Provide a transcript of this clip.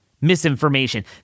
misinformation